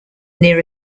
near